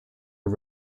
are